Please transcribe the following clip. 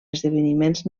esdeveniments